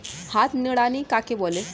হাত নিড়ানি কাকে বলে?